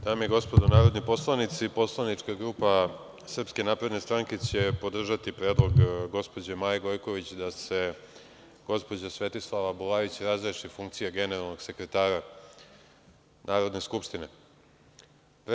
Dame i gospodo narodni poslanici, Poslanička grupa Srpske napredne stranke će podržati predlog gospođe Maje Gojković da se gospođa Svetislava Bulajić razreši funkcije generalnog sekretara Narodne skupštine.